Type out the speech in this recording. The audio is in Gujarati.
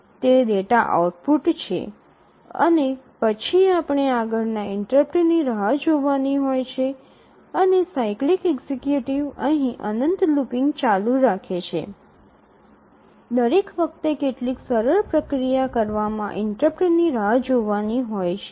તે ડેટા આઉટપુટ છે અને પછી આપણે આગળના ઇન્ટરપ્ટની રાહ જોવાની હોય છે અને સાયક્લિક એક્ઝિક્યુટિવ અહીં અનંત લૂપિંગ ચાલુ રાખે છે દરેક વખતે કેટલીક સરળ પ્રક્રિયા કરવામાં ઇન્ટરપ્ટની રાહ જોવાની હોય છે